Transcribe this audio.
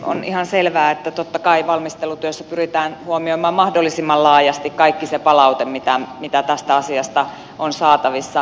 on ihan selvää että totta kai valmistelutyössä pyritään huomioimaan mahdollisimman laajasti kaikki se palaute mitä tästä asiasta on saatavissa